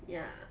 ya